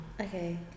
Okay